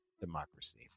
democracy